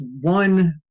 one